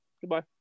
Goodbye